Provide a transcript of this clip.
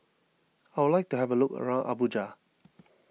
I would like to have a look around Abuja